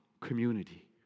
community